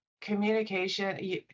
communication